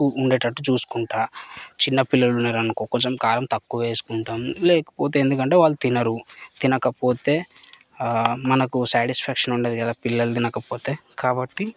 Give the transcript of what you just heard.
చూ ఉండేటట్లు చూసుకుంటాను చిన్నపిల్లలు ఉన్నరనుకో కొంచం కారం తక్కువ వేసుకుంటాం లేకపోతే ఎందుకంటే వాళ్ళు తినరు తినకపోతే మనకు సాటిస్ఫాక్షన్ ఉండదు కదా పిల్లలు తినకపోతే కాబట్టి